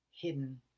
hidden